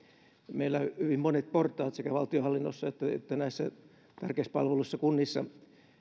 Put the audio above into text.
meillä hyvin monet portaat sekä valtionhallinnossa että näissä tärkeissä palveluissa kunnissa